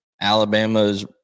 Alabama's